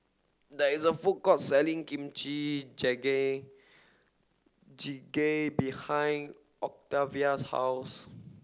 there is a food court selling Kimchi Jjigae behind Octavia's house